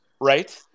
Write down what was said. Right